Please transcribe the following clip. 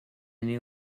knew